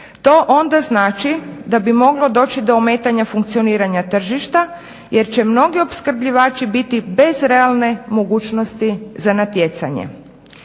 To onda znači da bi moglo doći do ometanja funkcioniranja tržišta jer će mnogi opskrbljivači biti bez realne mogućnosti za natjecanje.